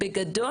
בגדול,